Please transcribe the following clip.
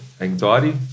anxiety